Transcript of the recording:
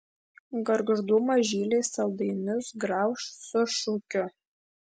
gargždų mažyliai saldainius grauš su šūkiu